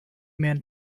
man